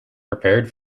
prepared